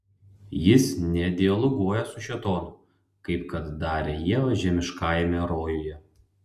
jis nedialoguoja su šėtonu kaip kad darė ieva žemiškajame rojuje